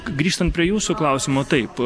grįžtant prie jūsų klausimo taip